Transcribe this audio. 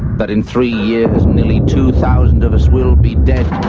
but in three years nearly two thousand of us will be dead.